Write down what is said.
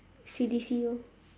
C_D_C orh